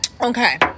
Okay